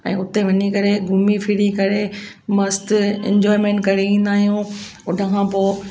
ऐं हुते वञी करे घुमी फिरी करे मस्तु इंजॉयमेंट करे ईंदा आहियूं हुन खां पोइ